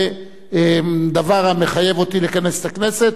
שמהווה דבר המחייב אותי לכנס את הכנסת,